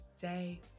day